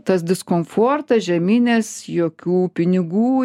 tas diskomfortas žeminės jokių pinigų